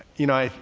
you know,